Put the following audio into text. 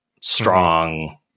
strong